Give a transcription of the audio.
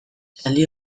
zaldi